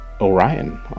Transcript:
Orion